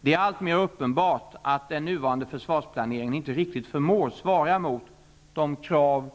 Det är alltmer uppenbart att den nuvarande försvarsplaneringen inte riktigt förmår svara mot de krav som